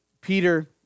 Peter